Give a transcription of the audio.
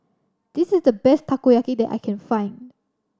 this is the best Takoyaki that I can find